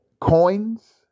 Coins